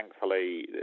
thankfully